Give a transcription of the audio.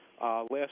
last